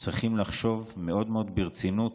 צריכים לחשוב מאוד מאוד ברצינות.